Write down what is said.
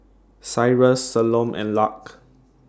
Cyrus Salome and Lark